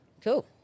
cool